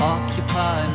Occupy